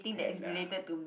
panda